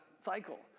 cycle